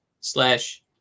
slash